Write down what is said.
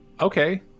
Okay